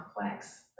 complex